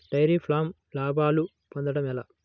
Dairy ఫామ్లో లాభాలు పొందడం ఎలా?